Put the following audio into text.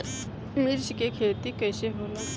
मिर्च के खेती कईसे होला?